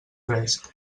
fresc